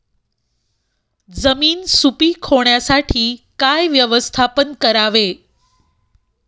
जमीन सुपीक होण्यासाठी काय व्यवस्थापन करावे?